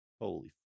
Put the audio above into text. Holy